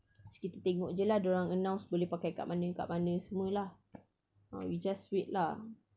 so kita tengok jer lah dia orang announce boleh pakai kat mana kat mana semua lah ah we just wait lah